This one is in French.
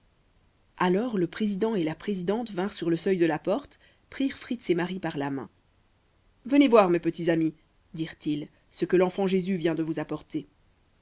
alors le président et la présidente vinrent sur le seuil de la porte prirent fritz et marie par la main venez voir mes petits amis dirent-ils ce que l'enfant jésus vient de vous apporter